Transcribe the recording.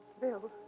Bill